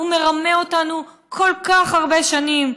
הוא מרמה אותנו כל כך הרבה שנים.